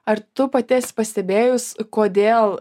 ar tu pati esi pastebėjus kodėl